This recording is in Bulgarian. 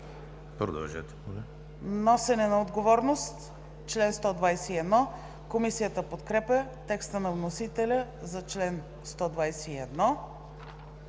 за чл. 120. „Носене на отговорност – чл. 121“. Комисията подкрепя текста на вносителя за чл. 121.